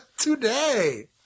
today